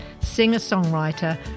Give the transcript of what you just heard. singer-songwriter